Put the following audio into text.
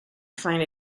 find